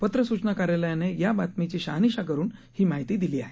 पत्र सूचना कार्यालयाने ह्या बातमीची शहानिशा करून हि माहिती दिली आहे